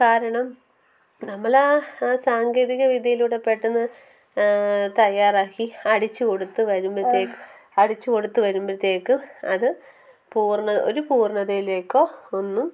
കാരണം നമ്മളാ സാങ്കേതിക വിദ്യയിലൂടെ പെട്ടെന്ന് തയ്യാറാക്കി അടിച്ചു കൊടുത്തു വരുമ്പോഴത്തേക്ക് അടിച്ചു കൊടുത്തു വരുമ്പോഴത്തേക്ക് അത് പൂർണ്ണ ഒരു പൂർണ്ണതയിലേക്കോ ഒന്നും